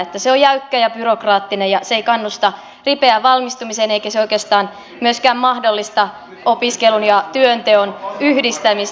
se on jäykkä ja byrokraattinen ja se ei kannusta ripeään valmistumiseen eikä se oikeastaan myöskään mahdollista opiskelun ja työnteon yhdistämistä